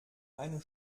einer